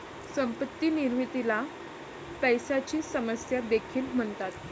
संपत्ती निर्मितीला पैशाची समस्या देखील म्हणतात